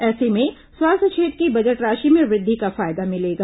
ऐसे में स्वास्थ्य क्षेत्र की बजट राशि में वृद्धि का फायदा मिलेगा